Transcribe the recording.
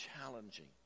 challenging